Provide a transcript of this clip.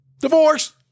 Divorce